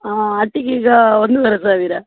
ಹಾಂ ಅಟ್ಟಿಗೆ ಈಗ ಒಂದುವರೆ ಸಾವಿರ